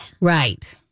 Right